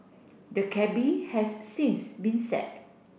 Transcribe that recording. the cabby has since been sack